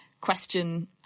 question